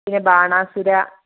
പിന്നെ ബാണാസുര